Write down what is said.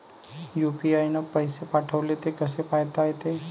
UPI न पैसे पाठवले, ते कसे पायता येते?